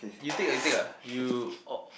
you take ah you take ah you or